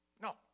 No